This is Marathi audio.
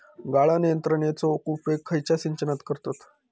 गाळण यंत्रनेचो उपयोग खयच्या सिंचनात करतत?